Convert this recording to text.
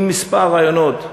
עם כמה רעיונות ברורים,